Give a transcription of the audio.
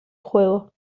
juego